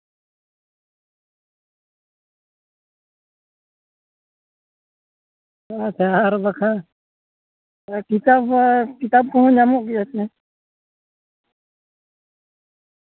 ᱦᱮᱸ ᱥᱮ ᱟᱨ ᱵᱟᱠᱷᱟᱱ ᱠᱮᱛᱟᱯ ᱠᱚ ᱠᱮᱛᱟᱯ ᱠᱚᱦᱚᱸ ᱧᱟᱢᱚᱜ ᱜᱮᱭᱟ ᱥᱮ